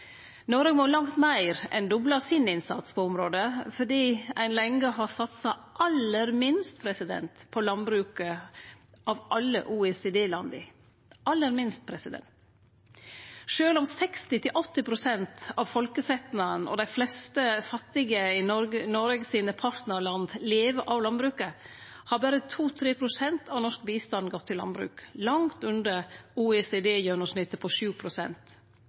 Noreg må langt meir enn doble innsatsen sin på området, fordi ein lenge har satsa aller minst på landbruket av alle OECD-landa – aller minst. Sjølv om 60–80 pst. av folkesetnaden og dei fleste fattige i Noregs partnarland lever av landbruket, har berre 2–3 pst. av norsk bistand gått til landbruk – langt under OECD-gjennomsnittet på